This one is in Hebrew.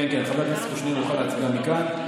חבר הכנסת קושניר יכול להצביע מכאן.